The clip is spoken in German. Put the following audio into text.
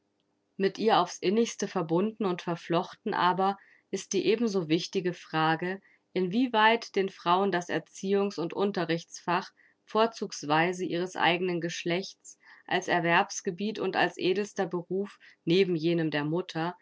mit ihr auf's innigste verbunden und verflochten aber ist die ebenso wichtige frage in wie weit den frauen das erziehungs und unterrichtsfach vorzugsweise ihres eigenen geschlechtes als erwerbsgebiet und als edelster beruf neben jenem der mutter